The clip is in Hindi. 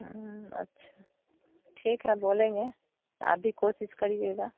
अच्छा ठीक है बोलेंगे आप भी कोशिश करिएगा